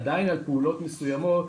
עדיין על פעולות מסוימות,